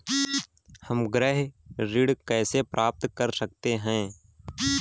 हम गृह ऋण कैसे प्राप्त कर सकते हैं?